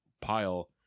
pile